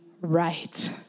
right